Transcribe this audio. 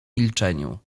milczeniu